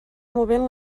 movent